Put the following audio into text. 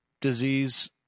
disease